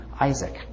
Isaac